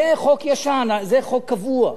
זה חוק ישן, זה חוק קבוע.